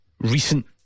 recent